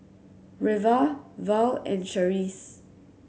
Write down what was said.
Reva Val and Charisse